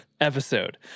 episode